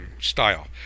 style